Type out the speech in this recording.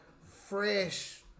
fresh